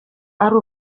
ari